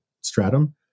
stratum